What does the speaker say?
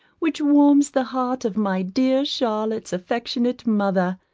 which warms the heart of my dear charlotte's affectionate mother,